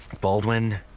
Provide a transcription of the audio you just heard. Baldwin